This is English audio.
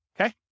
Okay